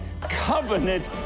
covenant